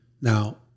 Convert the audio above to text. Now